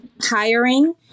hiring